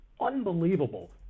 unbelievable